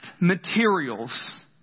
materials